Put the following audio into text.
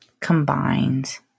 combined